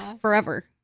forever